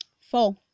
Four